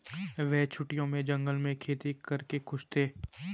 वे छुट्टियों में जंगल में खेती करके खुश थे